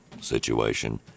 situation